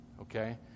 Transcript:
okay